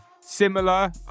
similar